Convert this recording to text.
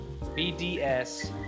BDS